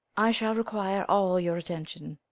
i shall require all your attention.